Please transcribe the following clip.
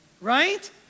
right